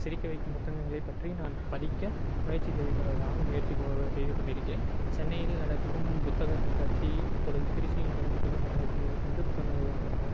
சிரிக்க வைக்கும் புத்தகங்களை பற்றி நான் படிக்க முயற்சி வாங்க முயற்சி செய்து கொண்டிருக்கிறேன் சென்னையில் நடக்கும் புத்தக கண்காட்சி இப்பொழுது திருச்சியில் நடக்கும் புத்தக கண்காட்சியில் சென்று புத்தகங்களை வாங்க